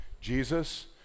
Jesus